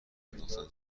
انداختن